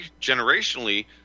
generationally